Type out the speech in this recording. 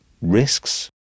risks